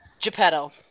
Geppetto